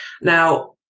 Now